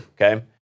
Okay